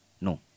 No